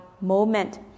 moment